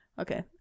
Okay